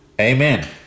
Amen